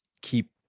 keep